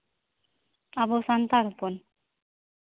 ᱟᱵᱚ ᱥᱟᱱᱛᱟᱞ ᱦᱚᱯᱚᱱ